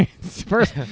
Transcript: First